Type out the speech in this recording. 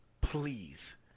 please